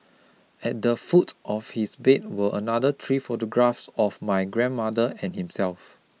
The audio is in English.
at the foot of his bed were another three photographs of my grandmother and himself